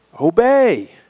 obey